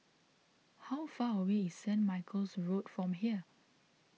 how far away is Saint Michael's Road from here